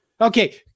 Okay